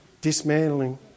dismantling